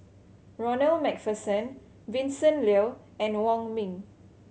Ronald Macpherson Vincent Leow and Wong Ming